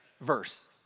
verse